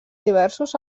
diversos